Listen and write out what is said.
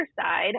side